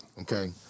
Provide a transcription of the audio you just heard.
Okay